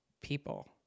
people